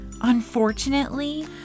Unfortunately